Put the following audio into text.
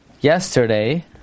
yesterday